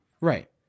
right